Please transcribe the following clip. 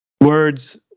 words